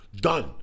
done